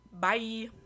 Bye